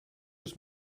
was